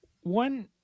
one